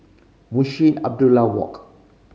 Munshi Abdullah Walk